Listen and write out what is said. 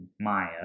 Maya